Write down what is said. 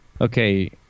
Okay